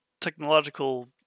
technological